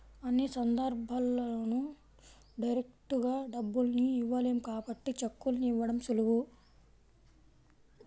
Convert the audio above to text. అన్ని సందర్భాల్లోనూ డైరెక్టుగా డబ్బుల్ని ఇవ్వలేం కాబట్టి చెక్కుల్ని ఇవ్వడం సులువు